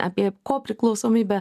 apie kopriklausomybę